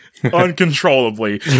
uncontrollably